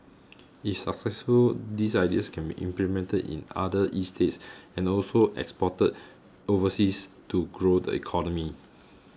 if successful these ideas can be implemented in other estates and also exported overseas to grow the economy